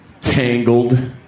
Tangled